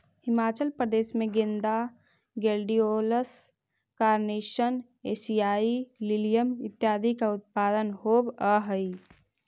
हिमाचल प्रदेश में गेंदा, gladiolus, carnation, एशियाई लिलियम इत्यादि का उत्पादन होवअ हई